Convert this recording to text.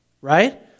Right